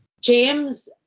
james